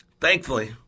Thankfully